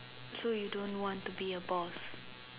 so you don't want to be a boss